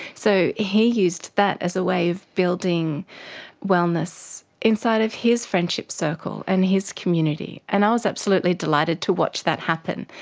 so he used that as a way of building wellness inside of his friendship circle and his community. and i was absolutely delighted to watch that happen.